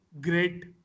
great